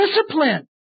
discipline